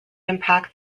impact